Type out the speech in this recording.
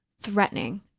threatening